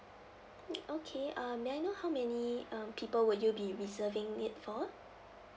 mm okay uh may I know how many um people would you be reserving it for